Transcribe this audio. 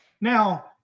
now